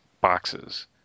boxes